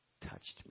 touched